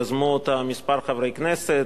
יזמו אותה כמה חברי כנסת,